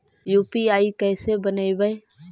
UPI कैसे बनइबै?